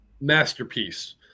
masterpiece